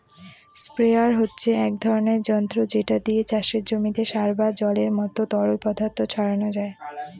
sprayer হচ্ছে এক ধরণের যন্ত্র যেটা দিয়ে চাষের জমিতে সার বা জলের মত তরল পদার্থ ছড়ানো যায়